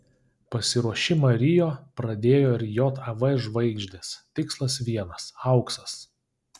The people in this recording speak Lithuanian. pasiruošimą rio pradėjo ir jav žvaigždės tikslas vienas auksas